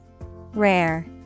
Rare